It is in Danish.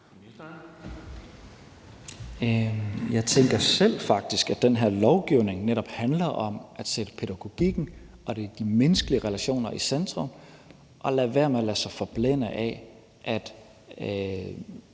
Jeg tænker faktisk selv, at den her lovgivning netop handler om at sætte pædagogikken og de menneskelige relationer i centrum og lade være med at lade sig forblænde af, at